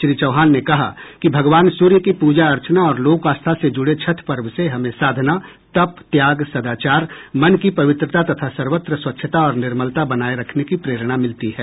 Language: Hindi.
श्री चौहान ने कहा कि भगवान सूर्य की पूजा अर्चना और लोक आस्था से जुड़े छठ पर्व से हमें साधना तप त्याग सदाचार मन की पवित्रता तथा सर्वत्र स्वच्छता और निर्मलता बनाये रखने की प्रेरणा मिलती है